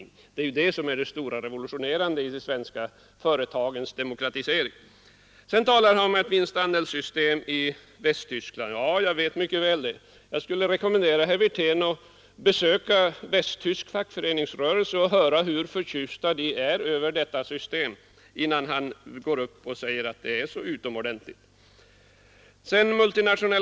Är det detta som är det stora och revolutione rande i de svenska företagens demokratisering? Nr 98 Herr Wirtén talade vidare om ett vinstandelssystem i Västtyskland. Ja, Torsdagen den jag vet mycket väl hur det är med detta. Jag skulle vilja rekommendera 24 maj 1973 herr Wirtén att besöka västtysk fackföreningsrörelse och höra efter hur —X 5 ——— förtjust man är över detta system, innan herr Wirtén går upp och säger att — Allmänna pensions det är så utomordentligt bra. fondens förvaltning, m.m.